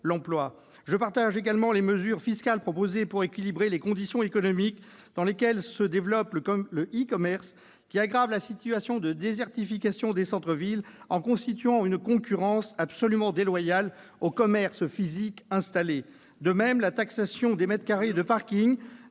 l'emploi. Je soutiens également les mesures fiscales proposées pour équilibrer les conditions économiques dans lesquelles se développe le e-commerce, qui aggrave la situation de désertification des centres-villes en constituant une concurrence absolument déloyale au commerce physique installé. Il faut conclure ! De même, la taxation des mètres carrés de parkings